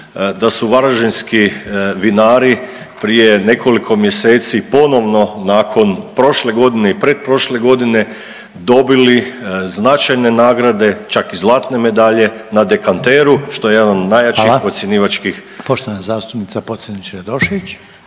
da su varaždinski vinari prije nekoliko mjeseci ponovno nakon prošle godine i pretprošle godine dobili značajne nagrade, čak i zlatne medalje na dekanteru, što je jedan od najjačih …/Upadica Reiner: Hvala/…ocjenjivačkih.